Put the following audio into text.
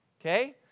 Okay